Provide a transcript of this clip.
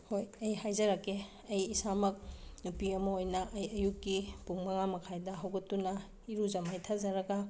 ꯍꯣꯏ ꯑꯩ ꯍꯥꯏꯖꯔꯛꯀꯦ ꯑꯩ ꯏꯁꯥꯃꯛ ꯅꯨꯄꯤ ꯑꯃ ꯑꯣꯏꯅ ꯑꯩ ꯑꯌꯨꯛꯀꯤ ꯃꯨꯡ ꯃꯉꯥ ꯃꯈꯥꯏꯗ ꯍꯧꯒꯠꯇꯨꯅ ꯏꯔꯨꯖ ꯃꯥꯏꯊꯖꯔꯒ